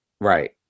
Right